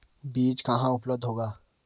बीज कहाँ उपलब्ध होगा?